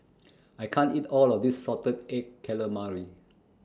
I can't eat All of This Salted Egg Calamari